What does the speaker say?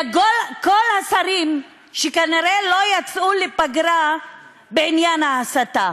אלא כל השרים, שכנראה לא יצאו לפגרה בעניין ההסתה